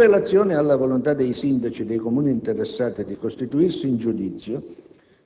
In relazione alla volontà dei Sindaci dei Comuni interessati di costituirsi in giudizio,